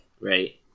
right